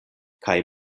kaj